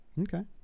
Okay